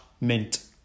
mint